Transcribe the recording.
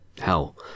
hell